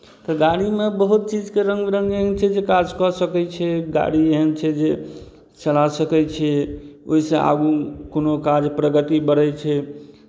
तऽ गाड़ीमे बहुत चीजके रङ्ग बिरङ्ग एहन छै जे काज कऽ सकै छै गाड़ी एहन छै जे चला सकै छियै ओहिसँ आगू कोनो काज प्रगति बढ़ै छै